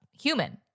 human